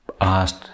asked